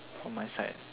on my side